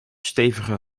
stevige